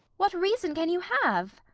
what reason can you have?